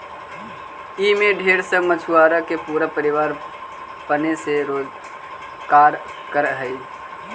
ई में ढेर सब मछुआरा के पूरा परिवार पने से रोजकार कर हई